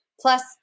Plus